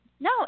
No